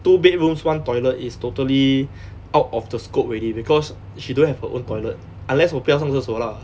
two bedrooms one toilet is totally out of the scope already because she don't have her own toilet unless 我不要上厕所 lah